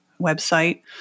website